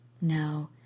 No